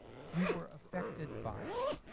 we were affected by it.